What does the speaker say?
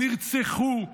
נרצחו,